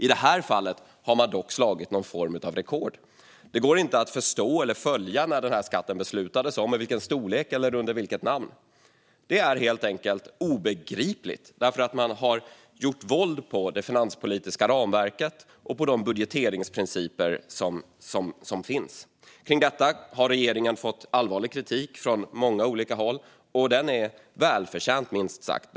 I det här fallet har man dock slagit någon form av rekord. Det går inte att förstå eller följa när man beslutade om den här skatten, dess storlek eller namn. Det är helt enkelt obegripligt, därför att man har gjort våld på det finanspolitiska ramverket och på de budgeteringsprinciper som finns. Kring detta har regeringen fått allvarlig kritik från många olika håll, och den är minst sagt välförtjänt.